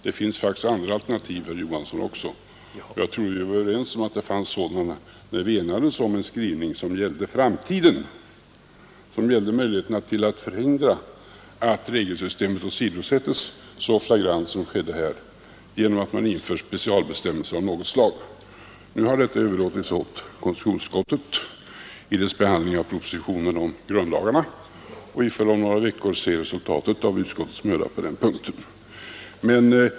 Det finns faktiskt andra alternativ, herr Johansson, och jag trodde att vi var överens om det när vi enades om en skrivning som gällde möjligheterna för framtiden att genom införande av specialbestämmelser av något slag förhindra att regelsystemet åsidosätts så flagrant som skedde här. Nu har detta överlåtits åt konstitutionsutskottet vid dess behandling av propositionen om grundlagarna, och vi får om några veckor se resultatet av utskottets möda på den punkten.